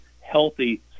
healthy